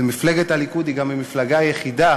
ומפלגת הליכוד היא גם המפלגה היחידה